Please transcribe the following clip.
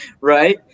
Right